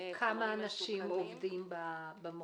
כמה עובדים בו?